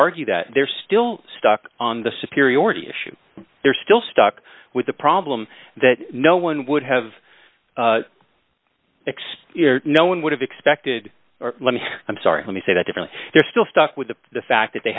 argue that they're still stuck on the superiority issue they're still stuck with the problem that no one would have fixed no one would have expected or i'm sorry let me say that different they're still stuck with the fact that they